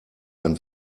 ein